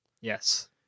Yes